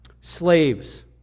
Slaves